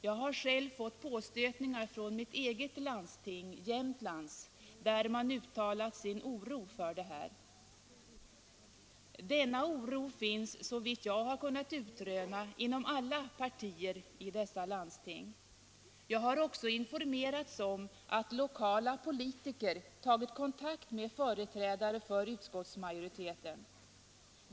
Jag har själv fått påstötningar från mitt eget landsting, Jämtland, där man uttalat sin oro för detta. Denna oro finns, såvitt jag har kunnat utröna, inom alla partier i de landsting det här gäller. Jag har också informerats om att lokala politiker tagit kontakt med företrädare för utskottsmajoriteten.